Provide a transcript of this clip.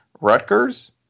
Rutgers